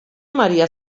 maria